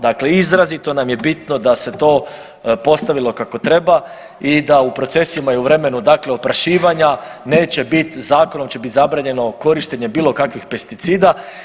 Dakle, izrazito nam je bitno da se to postavilo kako treba i da u procesima i u vremenu dakle oprašivanja neće biti, zakonom će bit zabranjeno korištenje bilo kakvih pesticida.